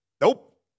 Nope